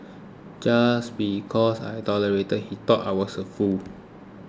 just because I tolerated he thought I was a fool